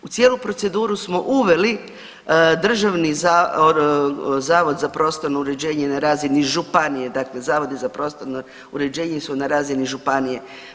U cijelu proceduru smo uveli državni zavod za prostorno uređenje na razini županije, dakle zavodi za prostorno uređenje su na razini županije.